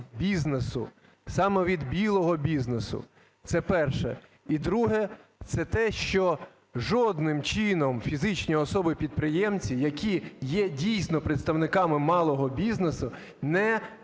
саме від "білого" бізнесу - це перше. І друге - це те, що жодним чином фізичні особи-підприємці, які є, дійсно, представниками малого бізнесу, не чіпляються